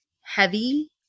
heavy